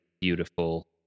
beautiful